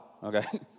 Okay